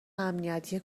امنیتی